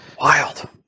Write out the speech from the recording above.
Wild